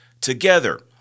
Together